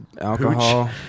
alcohol